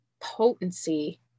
potency